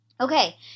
Okay